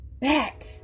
back